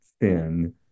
thin